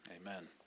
amen